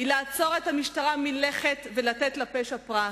היא לעצור את המשטרה מלכת ולתת לפשע פרס.